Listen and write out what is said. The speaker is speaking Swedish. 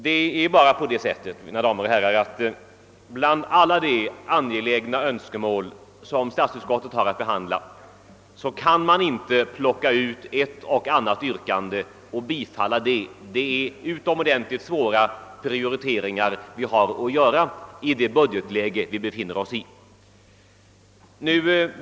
Men bland alla de angelägna önskemål, mina damer och herrar, som statsutskottet har att behandla kan man inte plocka ut ett och annat yrkande och tillstyrka det. Det är utomordentligt svåra prioriteringar vi har att göra i det budgetläge vari vi befinner oss.